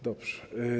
Dobrze.